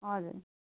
हजुर